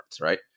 right